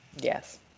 Yes